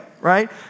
right